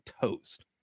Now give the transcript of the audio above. toast